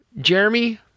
Jeremy